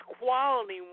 quality